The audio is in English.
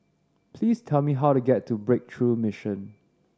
please tell me how to get to Breakthrough Mission